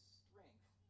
strength